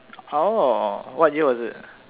oh what year was it